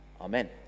Amen